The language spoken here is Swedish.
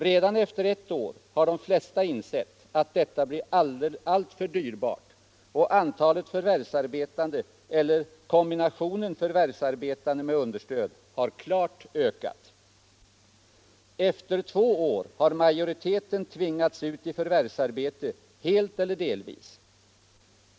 Redan efter ett år har de flesta insett att detta blir alltför dyrbart och antalet förvärvsarbetande eller kombinationen förvärvsarbetande med understöd har klart ökat. Efter två år har majoriteten tvingats ut i förvärvsarbete helt eller delvis.